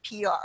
PR